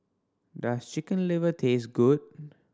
does Chicken Liver taste good